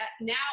now